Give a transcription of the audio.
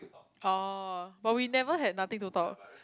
oh but we never have nothing to talk